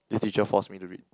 this teacher force me to read